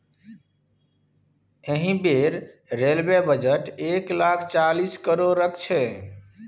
एहि बेर railway budget एक लाख चालीस करोड़क छै